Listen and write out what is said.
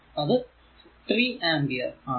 അത് 3 ആമ്പിയർ ആണ്